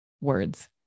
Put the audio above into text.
words